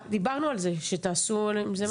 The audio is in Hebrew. דיברנו על זה שתעשו עם זה משהו.